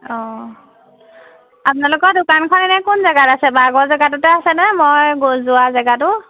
অ আপোনালোকৰ দোকানখন এনে কোন জেগাত আছে বা আগৰ জেগাটোতে আছে নে মই গ যোৱা জেগাটো